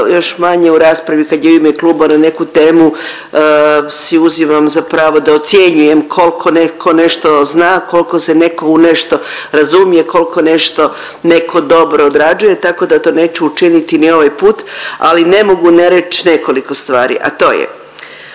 još manje u raspravi kad je u ime kluba na neku temu si uzimam za pravo da ocjenjujem koliko netko nešto zna, koliko se netko u nešto razumije, koliko nešto netko dobro odrađuje, tako da to neću učiniti ni ovaj put ali ne mogu ne reći nekoliko stvari a to je: